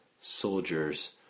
soldiers